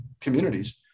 communities